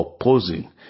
opposing